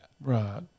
Right